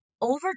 over